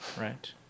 right